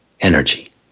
energy